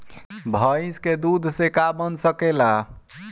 भइस के दूध से का का बन सकेला?